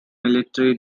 military